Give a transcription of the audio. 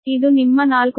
ಇದು ನಿಮ್ಮ 4